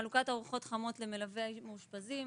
חלוקת ארוחות חמות למלווים של מאושפזים.